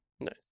Nice